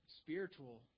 spiritual